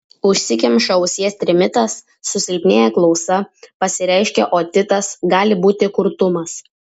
užsikemša ausies trimitas susilpnėja klausa pasireiškia otitas gali būti kurtumas